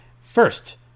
First